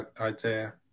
idea